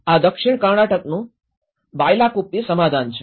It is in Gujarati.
આ દક્ષિણ કર્ણાટકનું બાયલાકુપ્પી સમાધાન છે